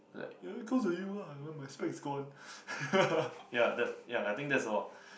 like eh cause of you ah why my specs gone ya the ya I think that's all